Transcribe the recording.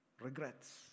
regrets